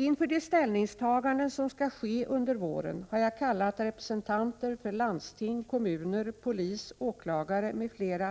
Inför de ställningstaganden som skall ske under våren har jag kallat representanter för landsting, kommuner, polis, åklagare m.fl.